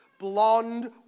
blonde